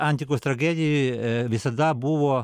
antikos tragedijoj visada buvo